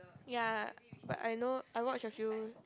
ya but I know I watch a few